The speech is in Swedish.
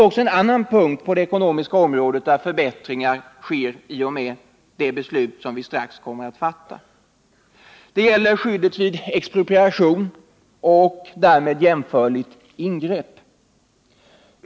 Den andra punkten på det ekonomiska området där det sker förbättringar genom det beslut som vi strax kommer att fatta gäller skyddet vid expropriation och därmed jämförligt ingrepp.